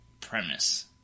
premise